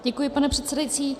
Děkuji, pane předsedající.